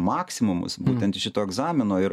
maksimumus būtent iš šito egzamino ir